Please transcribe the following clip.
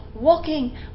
walking